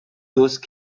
those